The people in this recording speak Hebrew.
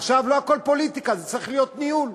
לא הכול פוליטיקה, זה צריך להיות ניהול.